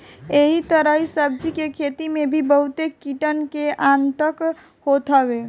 एही तरही सब्जी के खेती में भी बहुते कीटन के आतंक होत हवे